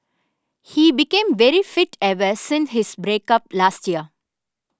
he became very fit ever since his break up last year